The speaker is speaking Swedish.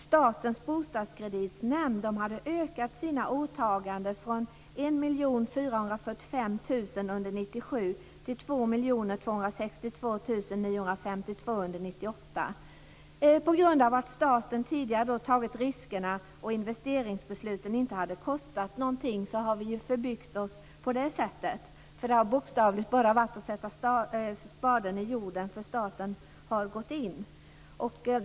Statens bostadskreditnämnd hade ökat sina åtaganden från 1 På grund av staten tidigare tagit riskerna och investeringsbesluten inte kostat någonting har man ju förbyggt sig. Det har bokstavligt varit att bara sätta spaden i jorden, eftersom staten har gått in.